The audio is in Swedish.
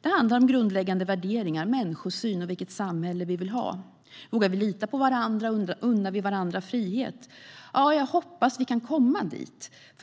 Det handlar om grundläggande värderingar, människosyn och vilket samhälle vi vill ha. Vågar vi lita på varandra? Unnar vi varandra frihet? Jag hoppas att vi kan komma dit.